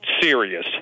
serious